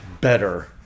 better